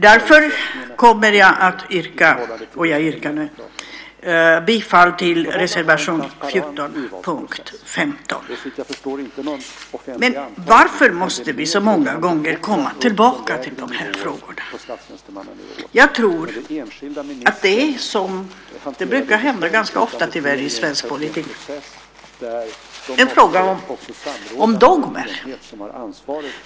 Därför yrkar jag nu bifall till reservation 14 under punkt 15. Men varför måste vi så många gånger komma tillbaka till de här frågorna? Jag tror att det är - det brukar tyvärr hända ganska ofta i svensk politik - en fråga om dogmer.